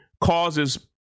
causes